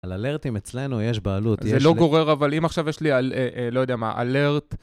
על אלרטים אצלנו יש בעלות. זה לא גורר, אבל אם עכשיו יש לי, לא יודע, מה, אלרט...